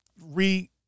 re